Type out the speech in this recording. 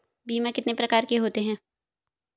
बीमा कितने प्रकार के होते हैं?